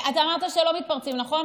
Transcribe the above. אתה אמרת שלא מתפרצים, נכון?